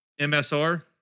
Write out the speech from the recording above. MSR